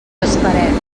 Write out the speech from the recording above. esperem